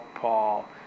Paul